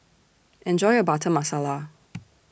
Enjoy your Butter Masala